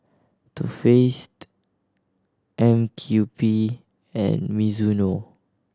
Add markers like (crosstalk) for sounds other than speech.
Too Faced M (unintelligible) U P and Mizuno